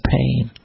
pain